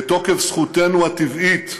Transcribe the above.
בתוקף זכותנו הטבעית,